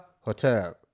hotel